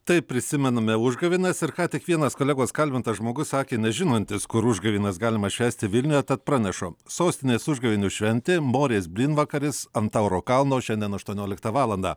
taip prisimename užgavėnes ir ką tik vienas kolegos kalbintas žmogus sakė nežinantis kur užgavėnes galima švęsti vilniuje tad pranešu sostinės užgavėnių šventė morės blynvakaris ant tauro kalno šiandien aštuonioliktą valandą